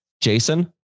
Jason